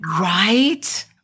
Right